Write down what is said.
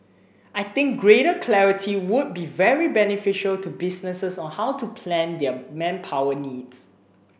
I think greater clarity would be very beneficial to businesses on how to plan their manpower needs